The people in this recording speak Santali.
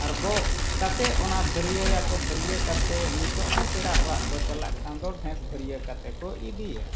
ᱟᱨ ᱜᱚᱜ ᱠᱟᱛᱮᱫ ᱚᱱᱟ ᱵᱷᱟᱹᱨᱭᱟᱹᱭᱟᱠᱚ ᱵᱷᱟᱹᱨᱭᱟᱹ ᱠᱟᱛᱮᱫ ᱱᱤᱛᱳᱜ ᱦᱚᱸ ᱯᱮᱲᱟ ᱚᱲᱟᱜ ᱠᱚ ᱪᱟᱞᱟᱜ ᱠᱷᱟᱱ ᱫᱚ ᱜᱷᱮᱸᱴ ᱵᱷᱟᱹᱨᱭᱟᱹ ᱠᱟᱛᱮᱫ ᱠᱚ ᱤᱫᱤᱭᱟ